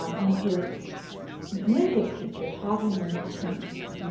um and his music teacher taught him the national anthem.